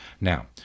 Now